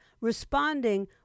responding